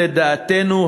לדעתנו,